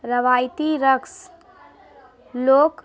روایتی رقص لوک